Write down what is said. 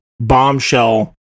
bombshell